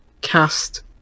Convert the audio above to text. cast